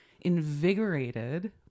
invigorated